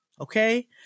okay